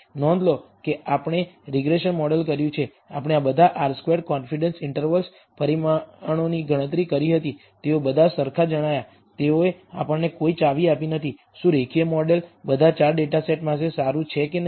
નોંધ લો કે આપણે રીગ્રેસન મોડેલ કર્યું છે આપણે આ બધા r સ્ક્વેર્ડ કોન્ફિડન્સ ઈન્ટર્વલ પરિમાણોની ગણતરી કરી હતી તેઓ બધા સરખા જણાયા તેઓએ આપણને કોઈ ચાવી આપી નથી શું રેખીય મોડેલ બધા 4 ડેટા સેટ્સ માટે સારું છે કે નહીં